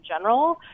general